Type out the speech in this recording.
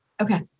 Okay